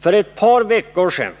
För ett par veckor sedan